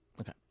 Okay